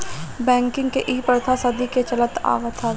banking के इ प्रथा सदी के चलत आवत हवे